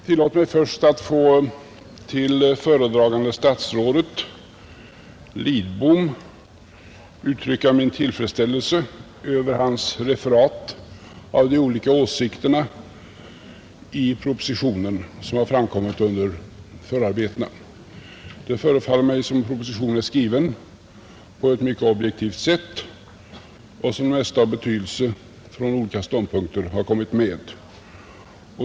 Tillåt mig först att till föredragande statsrådet Lidbom uttrycka min tillfredsställelse över hans referat i propositionen av de olika åsikter som har framkommit under förarbetena, Det förefaller mig som om propositionen är skriven på ett mycket objektivt sätt och som om det mesta av betydelse från olika ståndpunkter har kommit med.